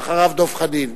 ואחריו, דב חנין,